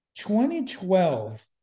2012